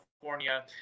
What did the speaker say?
California